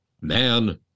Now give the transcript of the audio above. man